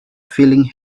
feeling